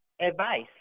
advice